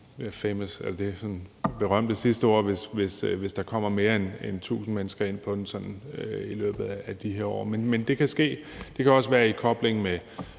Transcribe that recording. de sådan berømte sidste ord – hvis der kommer mere end 1.000 mennesker ind på den i løbet af de her år, men det kan ske. Det kan også være i kobling med